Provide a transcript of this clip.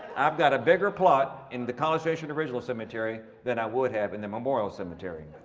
i've got a bigger plot in the college station original cemetery than i would have in the memorial cemetery.